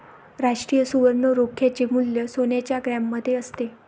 राष्ट्रीय सुवर्ण रोख्याचे मूल्य सोन्याच्या ग्रॅममध्ये असते